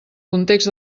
context